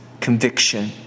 conviction